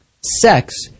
sex